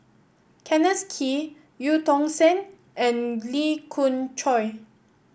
Kenneth Kee Eu Tong Sen and Lee Khoon Choy